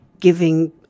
giving